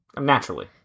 naturally